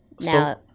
Now